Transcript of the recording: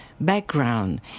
background